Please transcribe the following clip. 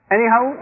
Anyhow